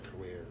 career